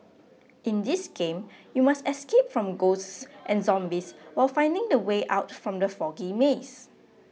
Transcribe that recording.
in this game you must escape from ghosts and zombies while finding the way out from the foggy maze